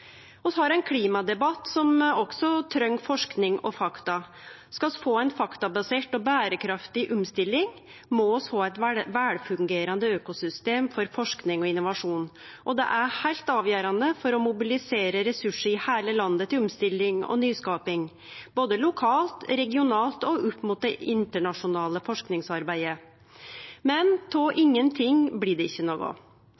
også treng forsking og fakta. Skal vi få ei faktabasert og berekraftig omstilling, må vi ha eit velfungerande økosystem for forsking og innovasjon. Det er heilt avgjerande for å mobilisere ressursar i heile landet til omstilling og nyskaping, både lokalt, regionalt og opp mot det internasjonale forskingsarbeidet. Men